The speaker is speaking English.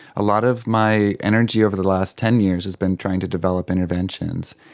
a lot of my energy over the last ten years has been trying to develop interventions.